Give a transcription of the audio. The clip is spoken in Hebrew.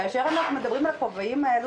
כאשר אנחנו מדברים על הכובעים האלה,